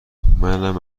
منم